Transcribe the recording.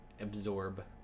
absorb